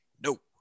Nope